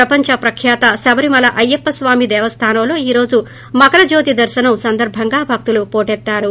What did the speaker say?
ప్రపంచ ప్రఖ్యాత శబరిమల అయ్యప్ప స్వామి దేవస్గానంలో ఈ రోజు మకర జ్యోతి దర్పనం మకరవిలక్కు సందర్బంగా భక్తులు పోటెత్తారు